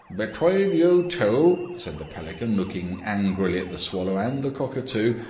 between you two, said the pelican, looking angrily at the swallow and the cockatoo,